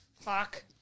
fuck